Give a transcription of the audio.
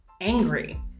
angry